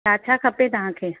छा छा खपे तव्हांखे